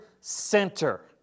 center